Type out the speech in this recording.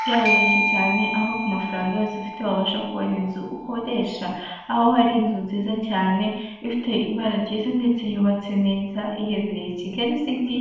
Byaroroshye cyane aho ku mafaranga yose afite wabasha kubona inzu ukodesha, aho hari inzu nziza cyane ifite ibara ryiza ndetse yubatse neza iherereye i Kigali siti